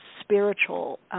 spiritual